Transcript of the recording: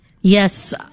Yes